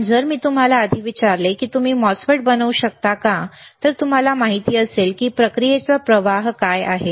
पण जर मी तुम्हाला आधी विचारले की तुम्ही MOSFET बनवू शकता का तर तुम्हाला माहिती असेल की प्रक्रियेचा प्रवाह काय आहे